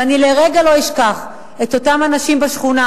ואני לרגע לא אשכח את אותם אנשים בשכונה